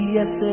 Yes